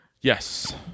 Yes